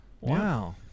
Wow